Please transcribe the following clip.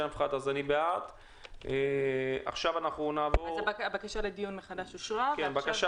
הצבעה בעד, 1 נגד, אין נמנעים, אין אושרה.